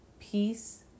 peace